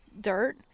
dirt